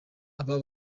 abo